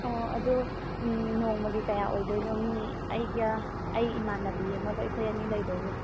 ꯑꯣ ꯑꯗꯨ ꯅꯣꯡꯃꯒꯤ ꯀꯌꯥ ꯑꯣꯏꯗꯣꯏꯅꯣ ꯃꯤ ꯑꯩꯒ ꯑꯩ ꯏꯃꯥꯟꯅꯕꯤ ꯑꯃꯒ ꯑꯩꯈꯣꯏ ꯑꯅꯤ ꯂꯩꯗꯣꯏꯅꯦ